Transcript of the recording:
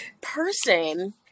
person